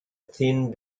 thin